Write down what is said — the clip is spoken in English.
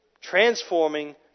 transforming